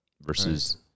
versus